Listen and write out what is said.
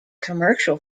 commercial